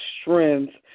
strength